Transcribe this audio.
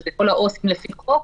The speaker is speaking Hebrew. שזה כל העו"סים לפי חוק,